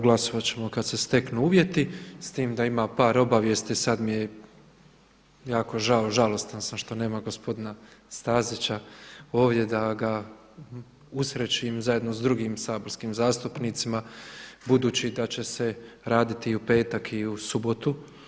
Glasovat ćemo kada se steknu uvjeti, s tim da ima par obavijesti, sada mi je jako žao, žalostan sam što nema gospodina Stazića ovdje da ga usrećim zajedno sa drugim saborskim zastupnicima, budući da će se raditi i u petak i subotu.